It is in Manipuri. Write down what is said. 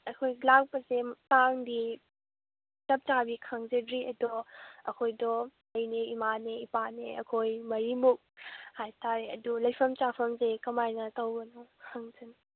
ꯑꯩꯈꯣꯏ ꯂꯥꯛꯄꯁꯦ ꯇꯥꯡꯗꯤ ꯆꯞ ꯆꯥꯕꯤ ꯈꯪꯖꯗ꯭ꯔꯤ ꯑꯗꯣ ꯑꯩꯈꯣꯏꯗꯣ ꯑꯩꯅꯦ ꯏꯃꯥꯅꯦ ꯏꯄꯥꯅꯦ ꯑꯩꯈꯣꯏ ꯃꯔꯤꯃꯨꯛ ꯍꯥꯏꯇꯥꯔꯦ ꯑꯗꯨ ꯂꯩꯐꯝ ꯆꯥꯐꯝꯁꯦ ꯀꯃꯥꯏꯅ ꯇꯧꯕꯅꯣ ꯈꯪꯖꯅꯤꯡ